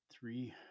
three